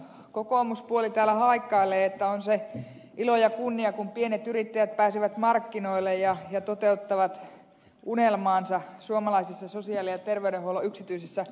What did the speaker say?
kokoomuspuoli täällä haikailee että on se ilo ja kunnia kun pienet yrittäjät pääsevät markkinoille ja toteuttavat unelmaansa suomalaisissa sosiaali ja terveydenhuollon yksityisissä palveluketjuissa